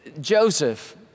Joseph